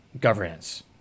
Governance